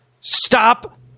Stop